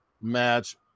Match